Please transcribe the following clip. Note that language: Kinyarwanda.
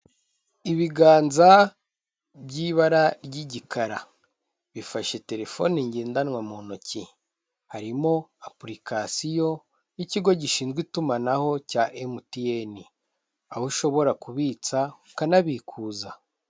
Ibiganza by'ibara ry'igikara bifashe telefone ngendanwa mu ntoki. Harimo apurikasiyo y'ikigo gishinzwe itumanaho cya MTN. Aho ushobora kubitsa ukanabikuza.